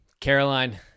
Caroline